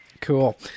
Cool